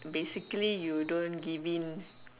basically you don't give in